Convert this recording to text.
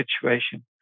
situation